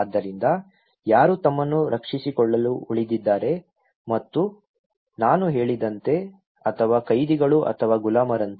ಆದ್ದರಿಂದ ಯಾರು ತಮ್ಮನ್ನು ರಕ್ಷಿಸಿಕೊಳ್ಳಲು ಉಳಿದಿದ್ದಾರೆ ಮತ್ತು ನಾನು ಹೇಳಿದಂತೆ ಅಥವಾ ಖೈದಿಗಳು ಅಥವಾ ಗುಲಾಮರಂತೆ